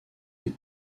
des